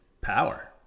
power